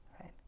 right